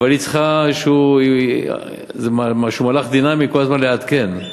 אבל היא צריכה איזה מהלך דינמי, כל הזמן לעדכן.